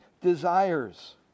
desires